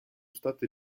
state